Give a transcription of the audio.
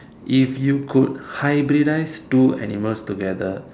if you could hybridise two animals together